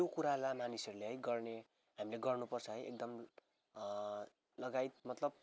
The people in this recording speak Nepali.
त्यो कुरालाई मानिसहरूले है गर्ने हामीले गर्नुपर्छ है एकदम लगायत मतलब